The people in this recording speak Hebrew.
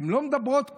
הן לא מדברות כלום,